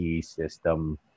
system